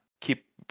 keep